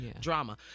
Drama